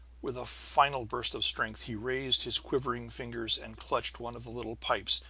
with a final burst of strength he raised his quivering fingers and clutched one of the little pipes.